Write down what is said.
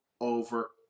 over